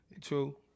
true